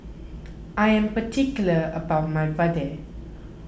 I am particular about my Vadai